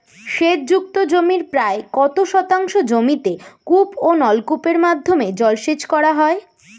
সেচ যুক্ত জমির প্রায় কত শতাংশ জমিতে কূপ ও নলকূপের মাধ্যমে জলসেচ করা হয়?